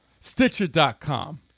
stitcher.com